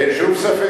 אין שום ספק.